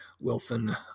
Wilson